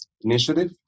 initiative